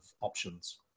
options